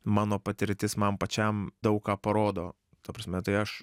mano patirtis man pačiam daug ką parodo ta prasme tai aš